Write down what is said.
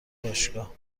باشگاه